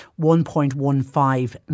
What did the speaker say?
1.15